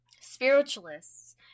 Spiritualists